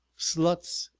sluts,